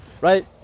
Right